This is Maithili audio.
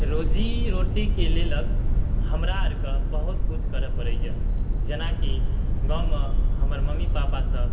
रोज़ी रोटी के लेलक हमरा आरके बहुत किछु करऽ परै यऽ जेनाकि गाँव मे हमर मम्मी पापा सब